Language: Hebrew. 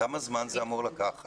כמה זמן זה אמור לקחת?